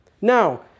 Now